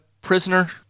prisoner